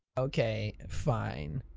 ok fine.